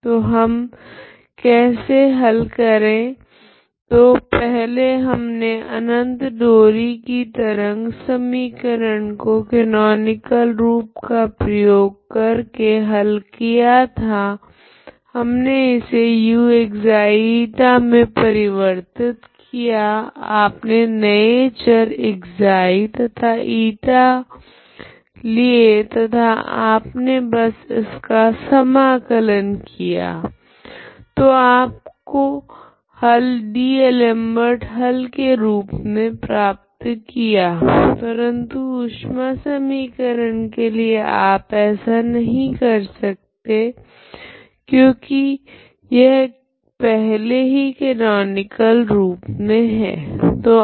तो हम इसे कैसे हल कर सकते है तो पहले हमने अनंत डोरी की तरंग सामीकरण को केनोनिकल रूप का प्रयोग कर के हल किया था हमने इसे u ξ η मे परिवर्तित किया आपने नये चर ξ तथा η लिए तथा आपने बस इसका समाकलन किया तो आपको हल डी'एलमबर्ट हल के रूप मे प्राप्त किया परंतु ऊष्मा समीकरण के लिए आप ऐसा नहीं कर सकते क्योकि यह पहले ही केनोनिकल रूप मे है